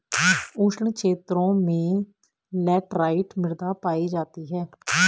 उष्ण क्षेत्रों में लैटराइट मृदा पायी जाती है